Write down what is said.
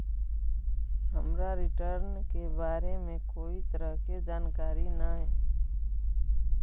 हमरा रिटर्न के बारे में कोई तरह के जानकारी न हे